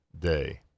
day